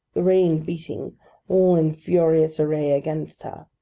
the rain beating all in furious array against her.